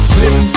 Slim